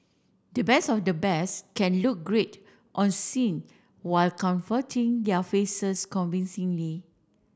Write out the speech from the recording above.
the best of the best can look great on scene while comforting their faces convincingly